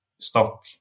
stock